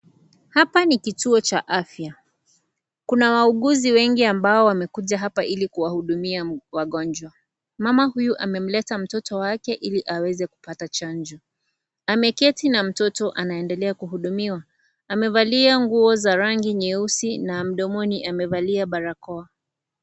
Hapa ni kituo cha afya kuna wauguzi wengi ambao wamekuja hapa ili kuwahudumia wagonjwa. Mama huyu amemleta mtoto wake ili kupata chanjo. Ameketi na mtoto anaendelea kuhudumiwa. Amevalia nguo za rangi nyeusi na mdomobni amevalia barakoa.